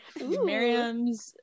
Miriam's